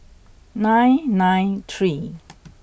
nine nine three